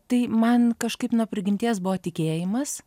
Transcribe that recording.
tai man kažkaip nuo prigimties buvo tikėjimas